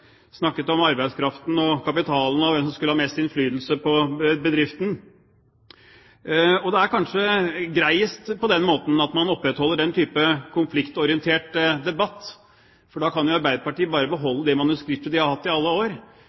snakket om arbeidskraften og kapitalen, og hvem som skulle ha mest innflytelse på bedriften. Det er kanskje greiest på den måten, at man opprettholder den typen konfliktorientert debatt, for da kan Arbeiderpartiet bare beholde det manuskriptet de har hatt i alle år.